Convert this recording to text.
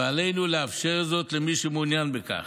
ועלינו לאפשר זאת למי שמעוניין בכך.